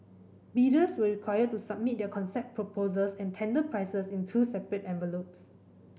bidders were required to submit their concept proposals and tender prices in two separate envelopes